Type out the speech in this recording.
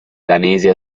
danese